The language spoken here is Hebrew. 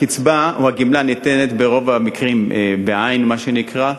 הקצבה או הגמלה ניתנת ברוב המקרים בעין, מה שנקרא.